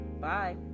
Bye